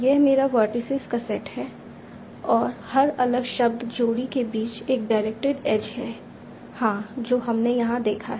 यह मेरा वर्टिसीज का सेट है और हर अलग शब्द जोड़ी के बीच एक डायरेक्टेड एज है हाँ जो हमने यहाँ देखा है